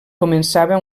començava